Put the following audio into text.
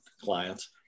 clients